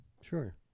Sure